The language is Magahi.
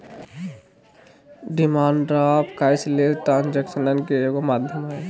डिमांड ड्राफ्ट कैशलेस ट्रांजेक्शनन के एगो माध्यम हइ